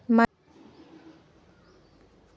मै एक छोटे किसान हव अउ मोला एप्प कइसे कोन सा विधी मे?